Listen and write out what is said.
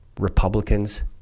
Republicans